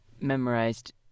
memorized